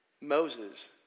Moses